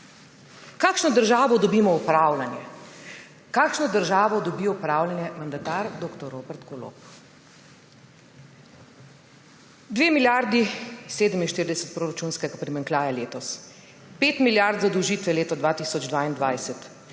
Kakšno državo dobimo v upravljanje? Kakšno državo dobi v upravljanje mandatar dr. Robert Golob? Dve milijardi 47 proračunskega primanjkljaja letos, pet milijard zadolžitve leto 2022.